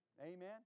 Amen